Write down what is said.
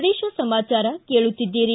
ಪ್ರದೇಶ ಸಮಾಚಾರ ಕೇಳುತ್ತೀದ್ದಿರಿ